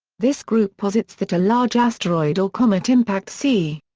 this group posits that a large asteroid or comet impact c.